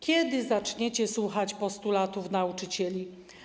Kiedy zaczniecie słuchać postulatów nauczycieli?